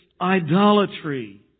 idolatry